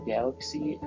Galaxy